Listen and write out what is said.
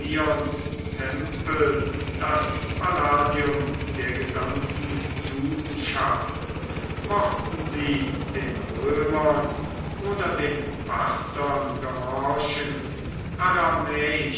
das palladium der gesamten judenschaft mochten sie den römern oder den parthern gehorchen